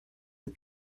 est